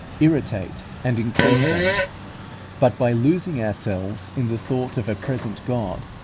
irritate and increase them but by losing ourselves in the thought of a present god,